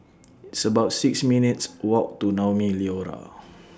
It's about six minutes' Walk to Naumi Liora